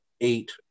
eight